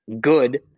good